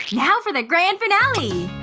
now for the grand finale!